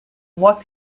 what